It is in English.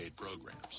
programs